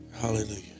Hallelujah